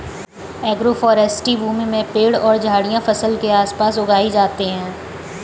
agroforestry भूमि में पेड़ और झाड़ियाँ फसल के आस पास उगाई जाते है